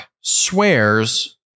swears